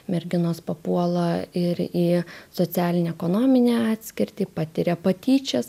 merginos papuola ir į socialinę ekonominę atskirtį patiria patyčias